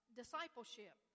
discipleship